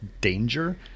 danger